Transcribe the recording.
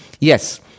Yes